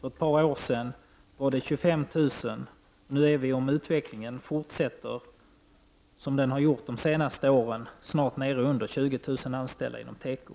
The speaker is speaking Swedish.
För ett par år sedan var det 25 000, och nu är vi, om utvecklingen fortsätter som den gjort de senste åren, snart nere i 20 000 anställda inom teko.